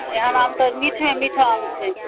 एहन आम तऽ मीठमे मीठा आम छै